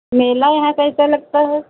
मेला यहाँ कैसा लगता है